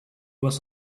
was